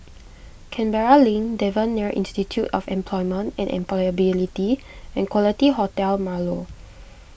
Canberra Link Devan Nair Institute of Employment and Employability and Quality Hotel Marlow